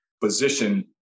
position